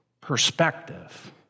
perspective